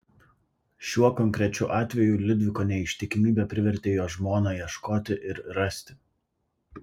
šiuo konkrečiu atveju liudviko neištikimybė privertė jo žmoną ieškoti ir rasti